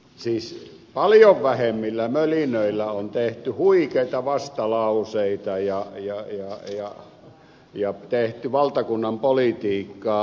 siis paljon vähemmillä mölinöillä on tehty huikeita vastalauseita ja tehty valtakunnanpolitiikkaa